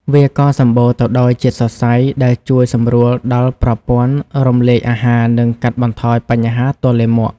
វាក៏សម្បូរទៅដោយជាតិសរសៃដែលជួយសម្រួលដល់ប្រព័ន្ធរំលាយអាហារ និងកាត់បន្ថយបញ្ហាទល់លាមក។